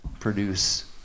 produce